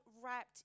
wrapped